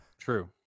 true